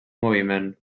moviment